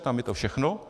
Tam je to všechno.